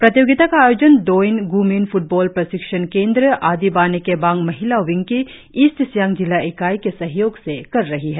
प्रतियोगिता का आयोजन दोयिन ग्मिन फ्टबॉल प्रशिक्षण केंद्र आदि बाने केबांग महिला विंग की ईस्ट सियांग जिला इकाई के सहयोग से कर रही है